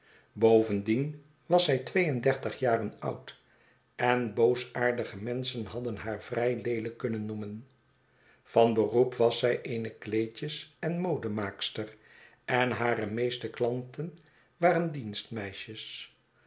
bovendien was zij twee en dertig jaren oud en boosaardige menschen hadden haar vrij leelijk kunnen noemen vanberoep was zij eene kleedjes en modemaakster en hare meesteklanten waren